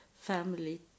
family